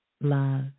love